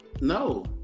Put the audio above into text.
no